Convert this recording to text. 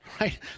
right